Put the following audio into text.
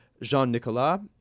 Jean-Nicolas